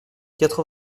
quatre